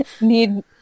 need